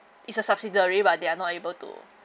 it's a subsidiary but they are not able to